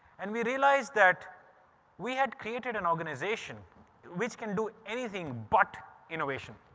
and we realised that we had created an organisation which can do anything but innovation.